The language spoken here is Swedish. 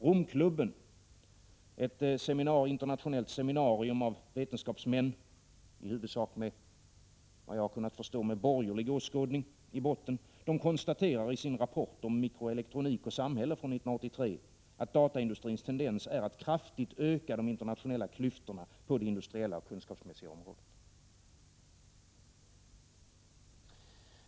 Romklubben — ett internationellt seminarium av vetenskapsmän med, vad jag har kunnat förstå, i huvudsak borgerlig åskådning i botten — konstaterar i sin rapport om mikroelektronik och samhälle från 1983, att dataindustrins tendens är att kraftigt öka de internationella klyftorna på det industriella och kunskapsmässiga området.